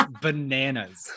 bananas